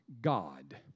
God